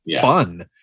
fun